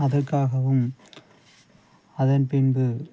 அதற்காகவும் அதன் பின்பு